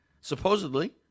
supposedly